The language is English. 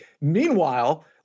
Meanwhile